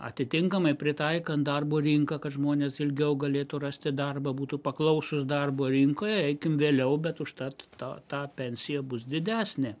atitinkamai pritaikan darbo rinką kad žmonės ilgiau galėtų rasti darbą būtų paklausūs darbo rinkoje eikim vėliau bet užtat ta ta pensija bus didesnė